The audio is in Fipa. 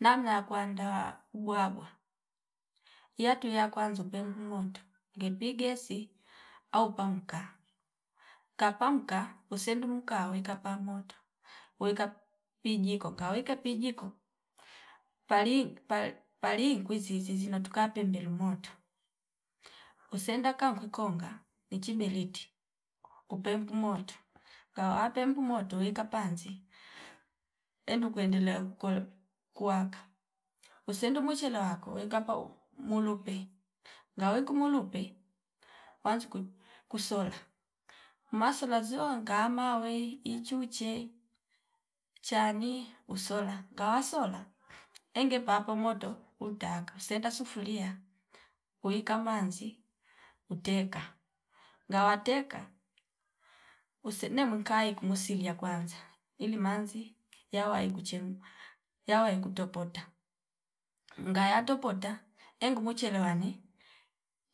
Namna ya kuwandawa ubwawa iyantu ya kwanza upengu woto ngepigesi au pamka, ka pamka usendu mkaa weka pamota weka pijiko kaweka pijiko pali pali nkwizizi notuka pembeli moto usenda kavwi konga nichi biliti upembu moto ngawa apembu moto wika panzi enu kuendelea kukol kuwaka usendu muchila koweka pau mulupule ngaweku mulupe anju kuu kusola masola ziyo ngama wei ichuche chani usola ngawa sola enge paapa moto utaka usenda sufulia kuwika manzi uteka ngawa teka use nwemika ikumusilia kwanza ili manzi wayai kuchemka waya kutopota ngaya topota engu muchele wane